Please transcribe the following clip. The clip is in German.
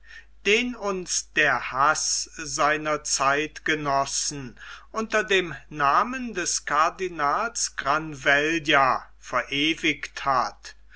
den uns der haß seiner zeitgenossen unter dem namen des cardinals granvella verewigt hat